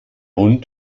hund